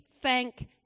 thank